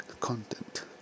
content